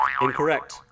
incorrect